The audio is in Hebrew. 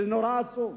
זה נורא עצוב.